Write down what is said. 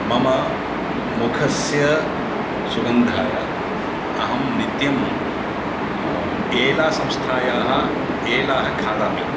मम मुखस्य सुगन्धाय अहं नित्यम् एलासंस्थायाः एलाः खादामि